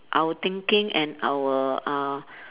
our thinking and our uh